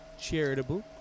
charitable